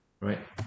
Right